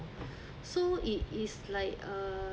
so it is like uh